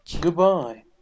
Goodbye